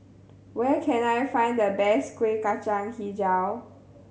where can I find the best Kueh Kacang Hijau